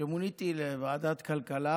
כשמוניתי לוועדת כלכלה,